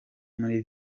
muri